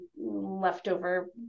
leftover